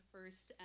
First